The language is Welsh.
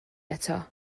eto